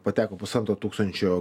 pateko pusantro tūkstančio